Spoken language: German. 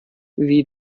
wie